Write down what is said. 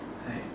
like